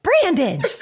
Brandon